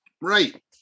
right